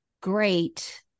great